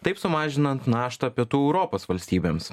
taip sumažinant naštą pietų europos valstybėms